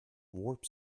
warp